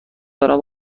دارم